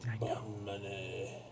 money